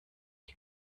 die